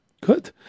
Good